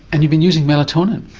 and you've been using melatonin?